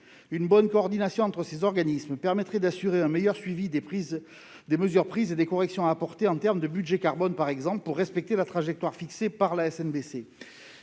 Une bonne coordination entre ces organismes permettrait d'assurer un meilleur suivi des mesures prises et des corrections à apporter en termes de budgets carbone, par exemple, pour respecter la trajectoire fixée par la SNBC.